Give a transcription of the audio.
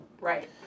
Right